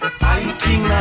fighting